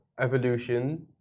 evolution